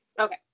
Okay